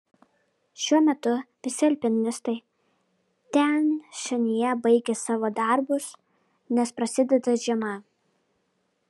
šiuo metu visi alpinistai tian šanyje baigė savo darbus nes prasideda žiema